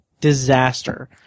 disaster